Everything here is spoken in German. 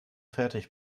fertig